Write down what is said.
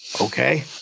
Okay